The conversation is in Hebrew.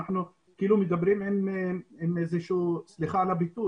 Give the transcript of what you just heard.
אנחנו אומרים איזה שיתוף פעולה אתם רוצים מאיתנו?